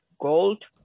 gold